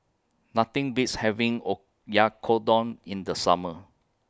Nothing Beats having Oyakodon in The Summer